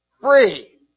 free